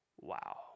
wow